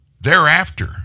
Thereafter